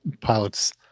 pilots